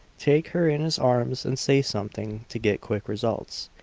take her in his arms and say something to get quick results.